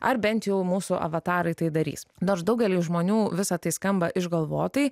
ar bent jau mūsų avatarai tai darys nors daugeliui žmonių visa tai skamba išgalvotai